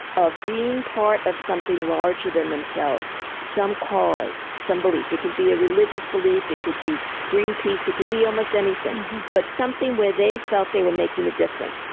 of being part of something larger than themselves, some cause, some belief. it could be a religious belief, it could be greenpeace, it could be almost anything. but something where they felt they were making a difference,